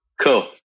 Cool